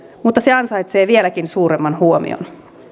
mutta se ansaitsee vieläkin suuremman huomion